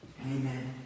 Amen